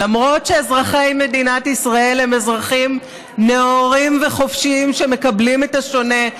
למרות שאזרחי מדינת ישראל הם אזרחים נאורים וחופשיים שמקבלים את השונה,